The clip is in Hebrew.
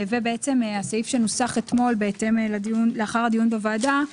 הסעיף שנוסח אתמול לאחר הדיון בוועדה: